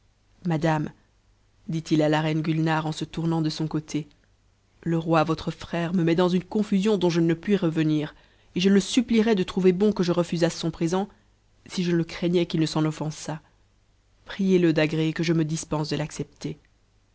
madame dit-il à la reine gulnare en se tournant de son côte le roi votre frère me met dans une confusion dont je ne puis revenir et je le supplierais de trouver bon que je refusasse son présent si je ne craignais qu'il ne s'enonënsât pnexle d'agréer que je me dispense de l'accepter